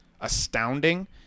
astounding